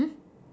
hmm